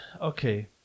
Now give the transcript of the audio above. Okay